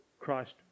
Christ